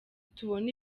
tubona